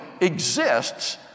exists